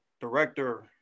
director